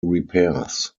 repairs